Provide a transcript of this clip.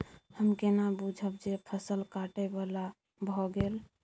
हम केना बुझब जे फसल काटय बला भ गेल?